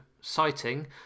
citing